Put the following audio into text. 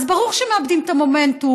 אז ברור שמאבדים את המומנטום,